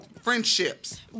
friendships